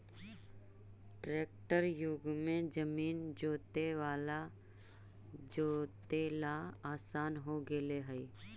tractor युग में जमीन जोतेला आसान हो गेले हइ